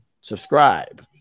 subscribe